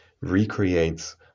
recreates